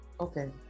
Okay